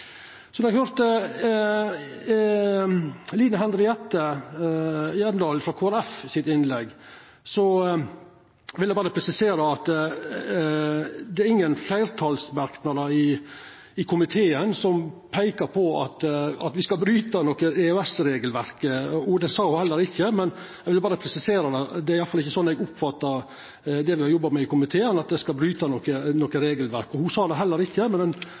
så lenge som mogleg. Når det gjeld innlegget til Line Henriette Hjemdal frå Kristeleg Folkeparti, vil eg berre presisera at det er ingen fleirtalsmerknader frå komiteen som peikar på at me skal bryta noko EØS-regelverk. Det sa ho heller ikkje, men eg vil berre presisera det. Det er iallfall ikkje sånn eg oppfattar det me har jobba med i komiteen, at det skal bryta noko regelverk. Ho sa det heller ikkje, men